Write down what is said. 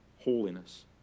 holiness